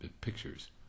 pictures